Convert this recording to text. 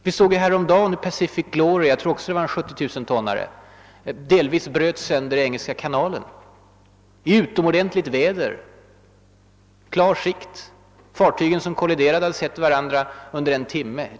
Häromdagen läste vi om Pacific Glory — också det, tror jag, en 70 000-tonnare — som delvis bröts sönder i Engelska kanalen i utomordentligt väder med klar sikt; de fartyg som kolliderade hade sett varandra under en timme.